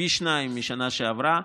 פי שניים מהשנה שעברה,